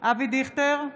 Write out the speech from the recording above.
אבי דיכטר,